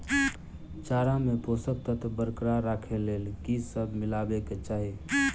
चारा मे पोसक तत्व बरकरार राखै लेल की सब मिलेबाक चाहि?